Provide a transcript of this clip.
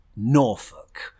Norfolk